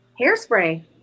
Hairspray